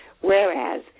Whereas